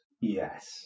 Yes